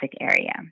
area